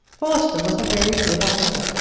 forster was a very good officer.